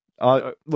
Look